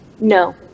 No